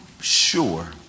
sure